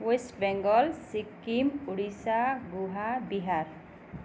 West Bengal Sikkim Odisha Goa Bihar